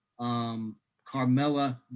Carmella